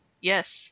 Yes